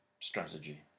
strategy